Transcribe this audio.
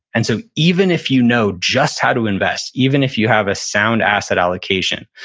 and so even if you know just how to invest, even if you have a sound asset allocation,